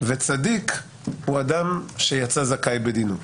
וצדיק הוא אדם שיצא זכאי בדינו.